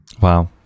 Wow